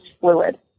fluid